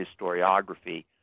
historiography